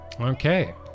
Okay